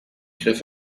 griff